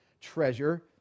treasure